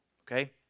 Okay